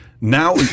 Now